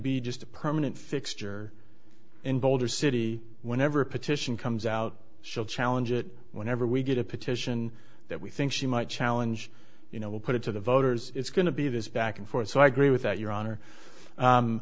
be just a permanent fixture in boulder city whenever a petition comes out she'll challenge it whenever we get a petition that we think she might challenge you know we'll put it to the voters it's going to be this back and forth so i agree with